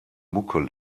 mucke